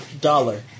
dollar